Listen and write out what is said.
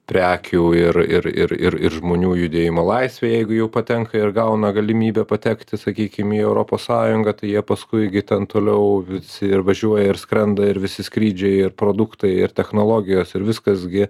prekių ir ir ir ir ir žmonių judėjimo laisvę jeigu jau patenka ir gauna galimybę patekti sakykim į europos sąjungą tai jie paskui gi ten toliau visi ir važiuoja ir skrenda ir visi skrydžiai ir produktai ir technologijos ir viskas gi